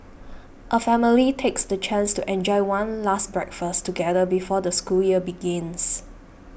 a family takes the chance to enjoy one last breakfast together before the school year begins